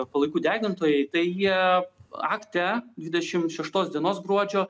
palaikų degintojai tai jie akte dvidešim šeštos dienos gruodžio